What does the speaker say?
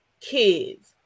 kids